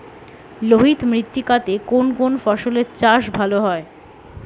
লোহিত মৃত্তিকা তে কোন কোন ফসলের চাষ ভালো হয়?